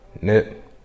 nip